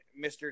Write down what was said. Mr